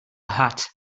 hat